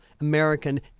American